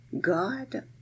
God